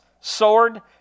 sword